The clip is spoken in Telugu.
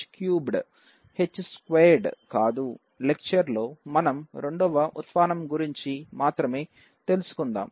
ఈ లెక్చర్లో మనం రెండవ ఉత్పానం గురుంచి మాత్రమే తెలుసుకుందాం